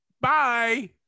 Bye